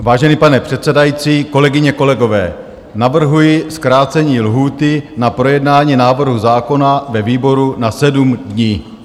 Vážený pane předsedající, kolegyně, kolegové, navrhuji zkrácení lhůty na projednání návrhu zákona ve výboru na 7